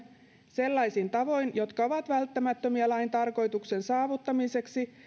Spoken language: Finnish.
sellaisin tavoin jotka ovat välttämättömiä lain tarkoituksen saavuttamiseksi